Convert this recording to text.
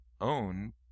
own